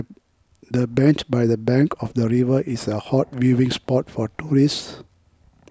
the bench by the bank of the river is a hot viewing spot for tourists